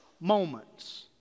moments